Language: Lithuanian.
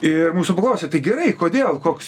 ir mūsų paklausė tai gerai kodėl koks